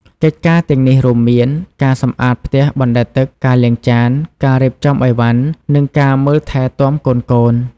កិច្ចការទាំងនេះរួមមាន ការសម្អាតផ្ទះបណ្ដែតទឹក ការលាងចាន ការរៀបចំឥវ៉ាន់ និងការមើលថែទាំកូនៗ។